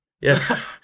Yes